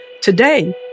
today